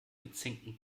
gezinkten